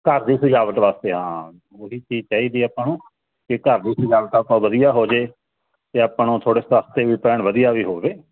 ਘਰ ਦੀ ਸਜਾਵਟ ਵਾਸਤੇ ਹਾਂ ਉਹਦੀ ਚੀਜ਼ ਚਾਹੀਦੀ ਆ ਆਪਾਂ ਨੂੰ ਕਿ ਘਰ ਦੀ ਸਜਾਵਟ ਵਧੀਆ ਹੋ ਜੇ ਤੇ ਆਪਾਂ ਨੂੰ ਥੋੜੇ ਸਸਤੇ ਵੀ ਪੈਣ ਵਧੀਆ ਵੀ ਹੋਵੇ